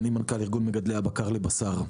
אני מנכ"ל ארגון מגדלי הבקר לבשר.